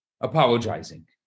apologizing